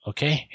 Okay